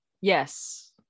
Yes